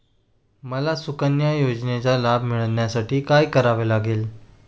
मला सुकन्या योजनेचा लाभ मिळवण्यासाठी काय करावे लागेल?